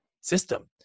system